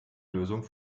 lösung